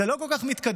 זה לא כל כך מתקדם